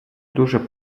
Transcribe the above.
дуже